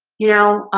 you know,